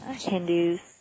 Hindus